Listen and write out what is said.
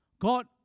God